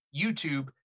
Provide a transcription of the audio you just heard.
youtube